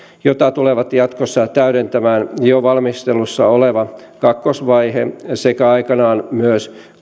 jota tulevat jatkossa täydentämään jo valmistelussa oleva kakkosvaihe sekä aikanaan myös